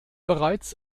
bereits